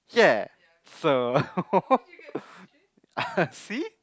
yeah so uh C